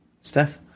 steph